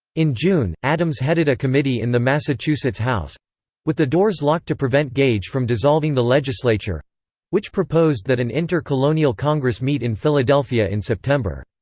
in june, adams headed a committee in the massachusetts house with the doors locked to prevent gage from dissolving the legislature which proposed that an inter-colonial congress meet in philadelphia in september.